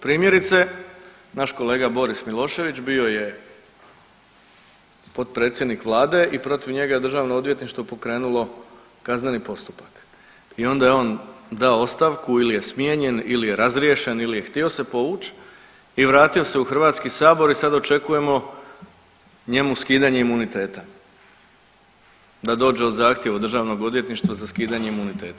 Primjerice naš kolega Boris Milošević bio je potpredsjednik vlade i protiv njega je Državno odvjetništvo pokrenulo kazneni postupak i onda je on dao ostavku ili je smijenjen ili je razriješen ili je htio se povući i vratio se u Hrvatski sabor i sad očekujemo njemu skidanje imuniteta, da dođe zahtjev od Državnog odvjetništva za skidanje imuniteta.